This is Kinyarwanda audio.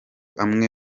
amwe